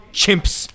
chimps